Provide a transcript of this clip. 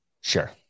Sure